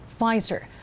Pfizer